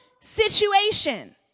situation